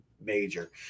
major